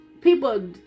People